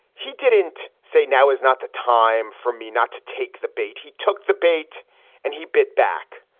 he didn't say now is not the time for me not to take the bait. he took the bait and he bit back.